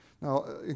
Now